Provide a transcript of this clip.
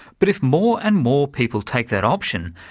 but if more and more people take that option,